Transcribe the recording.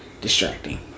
distracting